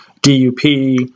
DUP